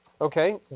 Okay